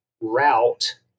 route